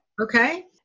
Okay